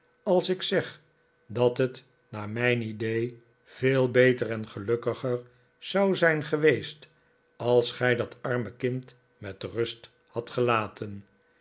als ik zeg dat het naar mijn idee veel beter en gelukkiger zou zijn geweest als gij dat arme kind met rust hadt gelaten